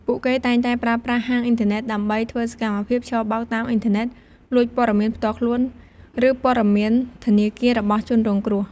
ពួកគេតែងតែប្រើប្រាស់ហាងអ៊ីនធឺណិត ដើម្បីធ្វើសកម្មភាពឆបោកតាមអ៊ីនធឺណិត លួចព័ត៌មានផ្ទាល់ខ្លួន ឬព័ត៌មានធនាគាររបស់ជនរងគ្រោះ។